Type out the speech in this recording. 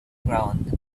ground